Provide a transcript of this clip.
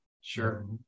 Sure